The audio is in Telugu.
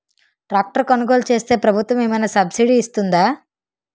ట్రాక్టర్ కొనుగోలు చేస్తే ప్రభుత్వం ఏమైనా సబ్సిడీ ఇస్తుందా?